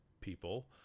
people